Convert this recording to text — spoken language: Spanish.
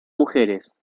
mujeres